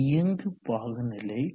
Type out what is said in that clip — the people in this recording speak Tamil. இயங்கு பாகுநிலை 1